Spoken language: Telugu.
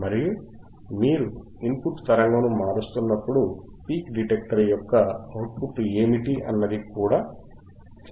మరియు మీరు ఇన్పుట్ తరంగమును మారుస్తున్నప్పుడు పీక్ డిటెక్టర్ యొక్క అవుట్ పుట్ ఏమిటి అన్నది కూడా చూడవచ్చు